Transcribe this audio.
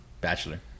Bachelor